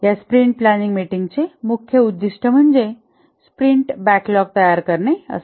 या sprint planning मीटिंगचे मुख्य उद्दीष्ट म्हणजे स्प्रिंट बॅकलॉग तयार करणे असते